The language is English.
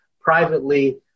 privately